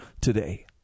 today